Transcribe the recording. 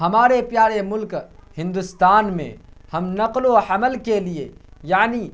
ہمارے پیارے ملک ہندوستان میں ہم نقل و حمل کے لیے یعنی